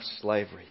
slavery